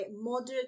moderate